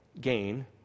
gain